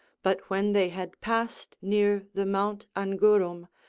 but when they had passed near the mount angurum,